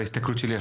בהסתכלות שלי,